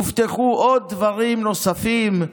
הובטחו דברים נוספים: